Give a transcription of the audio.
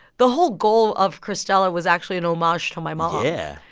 the whole goal of cristela was actually an homage to my mom. yeah.